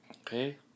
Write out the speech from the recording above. okay